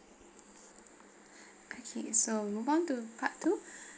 okay so move on to part two